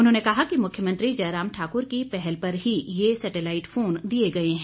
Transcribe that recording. उन्होंने कहा कि मुख्यमंत्री जयराम ठाक्र की पहल पर ही ये सैटेलाईट फोन दिए गए हैं